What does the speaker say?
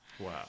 Wow